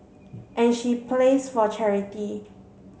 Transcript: and she plays for charity